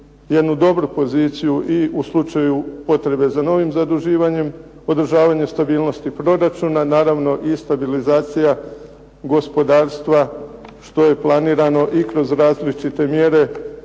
jednu dobru poziciju i u slučaju potrebe za novim zaduživanjem, održavanje stabilnosti proračuna, naravno i stabilizacija gospodarstva što je planirano i kroz različite mjere